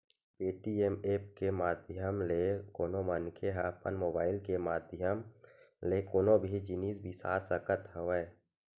Paytm app के माधियम ले कोनो मनखे ह अपन मुबाइल के माधियम ले कोनो भी जिनिस बिसा सकत हवय